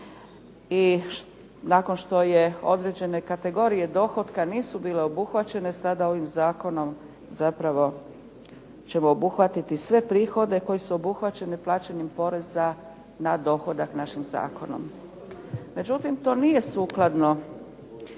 i nakon što je određene kategorije dohotka nisu bile obuhvaćene sada ovim zakonom zapravo ćemo obuhvatiti sve prihode koji su obuhvaćeni plaćanjem poreza na dohodak našim zakonom. Međutim, to nije sukladno